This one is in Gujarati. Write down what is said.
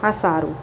હા સારું